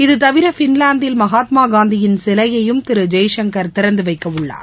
இதுதவிர பின்வாந்தில் மகாத்மாகாந்தியின் சிலையையும் திருஜெய்சங்கர் திறந்துவைக்கவுள்ளார்